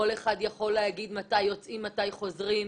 כל אחד יכול להחליט מתי יוצאים ומתי חוזרים.